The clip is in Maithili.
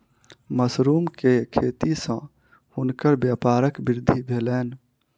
मशरुम के खेती सॅ हुनकर व्यापारक वृद्धि भेलैन